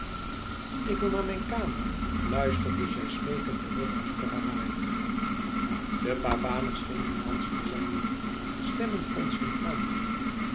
ik wil naar mijn kamer fluisterde zij smeekend terug achter haar waaier de pavane scheen gedanst te zijn stemmen gonsden aan